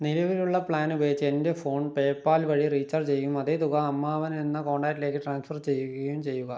നിലവിലുള്ള പ്ലാൻ ഉപയോഗിച്ച് എൻ്റെ ഫോൺ പേയ്പാൽ വഴി റീചാർജ് ചെയ്യും അതേ തുക അമ്മാവൻ എന്ന കോൺടാക്റ്റിലേക്ക് ട്രാൻസ്ഫർ ചെയ്യുകയും ചെയ്യുക